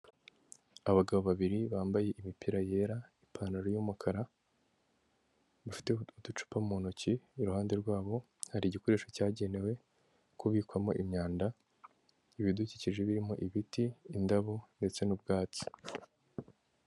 Abagabo babiri bambaye imipira yera, ipantaro y'umukara, bafite uducupa mu ntoki. Iruhande rwabo hari igikoresho cyagenewe kubikwamo imyanda. Ibidukije birimo ibiti, indabo ndetse n'ubwatsi.